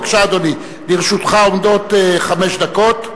בבקשה, אדוני, לרשותך עומדות חמש דקות.